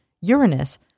Uranus